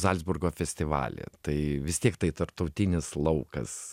zalcburgo festivaly tai vis tiek tai tarptautinis laukas